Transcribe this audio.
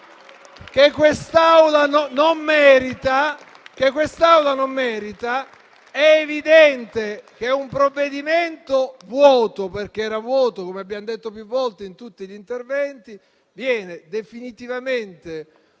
che quest'Aula non merita. È evidente che un provvedimento vuoto - era vuoto, come abbiamo detto più volte in tutti gli interventi - viene definitivamente